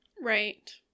right